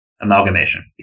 Amalgamation